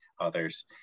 others